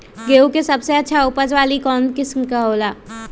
गेंहू के सबसे अच्छा उपज वाली कौन किस्म हो ला?